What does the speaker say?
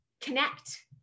connect